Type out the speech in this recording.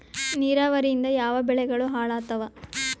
ನಿರಾವರಿಯಿಂದ ಯಾವ ಬೆಳೆಗಳು ಹಾಳಾತ್ತಾವ?